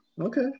okay